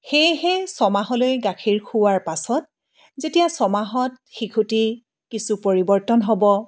সেয়েহে ছমাহলৈ গাখীৰ খুওৱাৰ পাছত যেতিয়া ছমাহত শিশুটি কিছু পৰিৱৰ্তন হ'ব